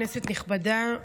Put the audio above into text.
כנסת נכבדה,